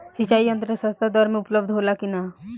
सिंचाई यंत्र सस्ता दर में उपलब्ध होला कि न?